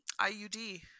iud